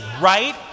right